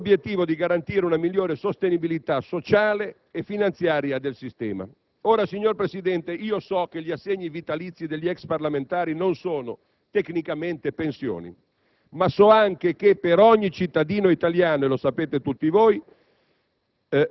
con l'obiettivo di garantire una migliore sostenibilità sociale e finanziaria del sistema. Signor Presidente, gli assegni vitalizi degli ex parlamentari non sono, tecnicamente, «pensioni», ma per ogni cittadino italiano il vitalizio